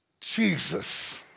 Jesus